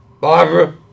Barbara